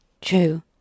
True